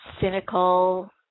cynical